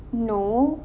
no